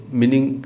meaning